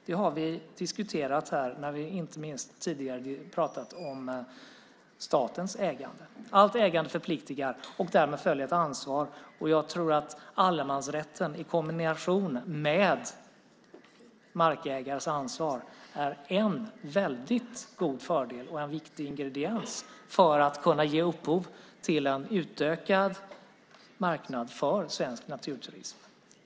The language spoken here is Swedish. Det har vi diskuterat här inte minst när vi tidigare talat om statens ägande. Allt ägande förpliktigar. Därmed följer ett ansvar. Jag tror att allemansrätten i kombination med markägarens ansvar är en väldigt god fördel och en viktig ingrediens för att kunna ge upphov till en utökad marknad för svensk naturturism.